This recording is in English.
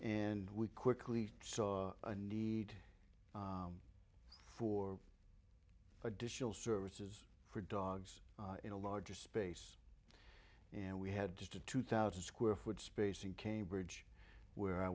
and we quickly saw a need for additional services for dogs in a larger space and we had just a two thousand square foot space in cambridge where i